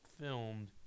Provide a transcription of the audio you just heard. filmed